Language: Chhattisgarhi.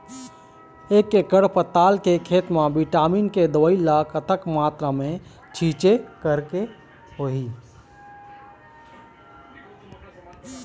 एक एकड़ पताल के खेत मा विटामिन के दवई ला कतक मात्रा मा छीचें करके होही?